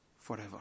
Forever